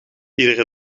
iedere